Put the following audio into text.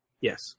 Yes